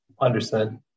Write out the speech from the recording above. Understood